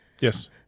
Yes